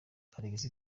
alexis